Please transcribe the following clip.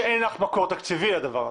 שאין לך מקור תקציבי לדבר הזה.